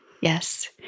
Yes